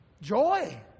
Joy